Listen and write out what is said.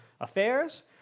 affairs